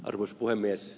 arvoisa puhemies